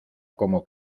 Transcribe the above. como